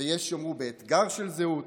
ויש שיאמרו באתגר של זהות.